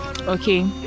Okay